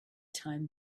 time